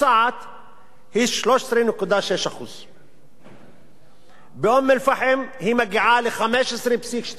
הוא 13.6%. באום-אל-פחם היא מגיעה ל-15.2%; יותר גבוה.